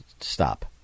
Stop